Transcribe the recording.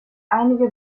einige